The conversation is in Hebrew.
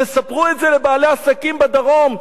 תספרו את זה לבעלי עסקים בדרום,